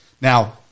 Now